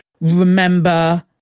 remember